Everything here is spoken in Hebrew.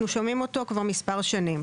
אנחנו שומעים אותו כבר מספר שנים,